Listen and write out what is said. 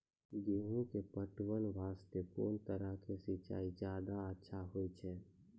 गेहूँ के पटवन वास्ते कोंन तरह के सिंचाई ज्यादा अच्छा होय छै?